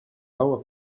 our